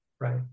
Right